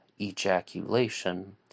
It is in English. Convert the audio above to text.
ejaculation